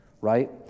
Right